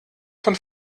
von